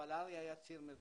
אבל ארי היה ציר מרכזי.